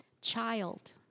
Child